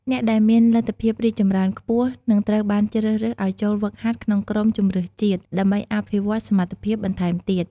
អ្នកដែលមានលទ្ធភាពរីកចម្រើនខ្ពស់ នឹងត្រូវបានជ្រើសរើសឲ្យចូលហ្វឹកហាត់ក្នុងក្រុមជម្រើសជាតិ ដើម្បីអភិវឌ្ឍសមត្ថភាពបន្ថែមទៀត។